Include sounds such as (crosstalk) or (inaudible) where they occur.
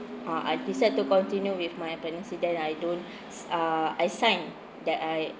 ah I decide to continue with my pregnancy then I don't (breath) s~ ah I sign that I